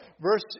Verse